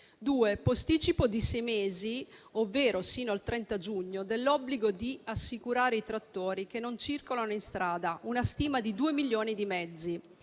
posticipo di sei mesi, ovvero sino al 30 giugno, dell'obbligo di assicurare i trattori che non circolano in strada (si stimano due milioni di mezzi);